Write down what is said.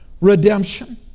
redemption